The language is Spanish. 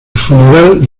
funeral